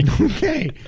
Okay